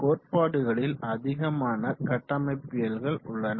கோட்பாடுகளில் அதிகமான கட்டமைப்பியல்கள் உள்ளன